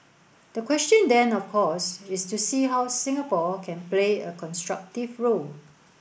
the question then of course is to see how Singapore can play a constructive role